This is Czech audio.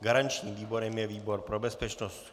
Garančním výborem je výbor pro bezpečnost.